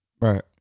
Right